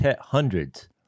hundreds